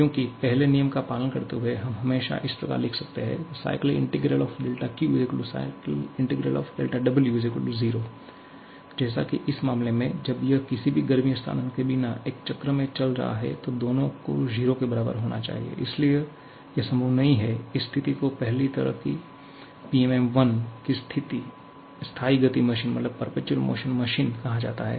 क्योंकि पहले नियम का पालन करते हुए हम हमेशा इस प्रकार लिख सकते हैं 𝛿𝑄 𝛿𝑊 0 जैसा कि इस मामले में जब यह किसी भी गर्मी हस्तांतरण के बिना एक चक्र में चल रहा है तो दोनों को 0 के बराबर होना चाहिए इसलिए यह संभव नहीं है इस स्थिति को पहली तरह की PMM I की स्थायी गति मशीन कहा जाता है